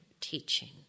teaching